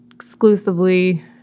Exclusively